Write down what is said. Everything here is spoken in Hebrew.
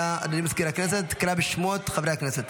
אנא, אדוני מזכיר הכנסת, תקרא בשמות חברי הכנסת.